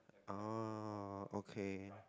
oh okay